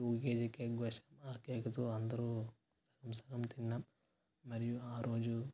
two KG cake కోసినాం ఆ కేక్తో అందరు పూసుకొని తిన్నాం మరియు ఆ రోజు